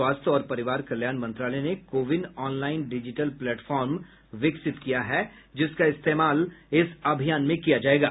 स्वास्थ्य और परिवार कल्याण मंत्रालय ने CoWIN online digital platform विकसित किया है जिसका इस्तेमाल इस अभियान में किया जाएगा